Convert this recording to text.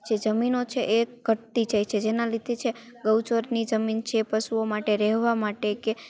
જે જમીનો છે એ ઘટતી જાય છે જેનાં લીધે છે ગૌચરની જમીન છે પશુઓ માટે રહેવાં માટે કે